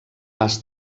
pas